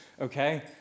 okay